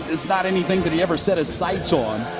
it's not anything that he ever set his sights on.